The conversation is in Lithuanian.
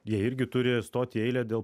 jie irgi turi stoti į eilę dėl